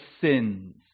sins